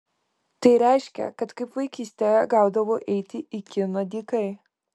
tai reiškė kad kaip vaikystėje gaudavau eiti į kiną dykai